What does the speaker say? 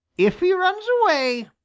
if he runs away,